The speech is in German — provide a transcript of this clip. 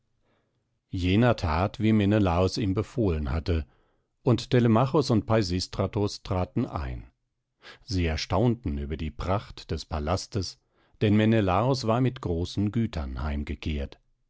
jener that wie menelaos ihm befohlen hatte und telemachos und peisistratos traten ein sie erstaunten über die pracht des palastes denn menelaos war mit großen gütern heimgekehrt